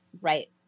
right